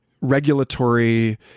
regulatory